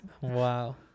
Wow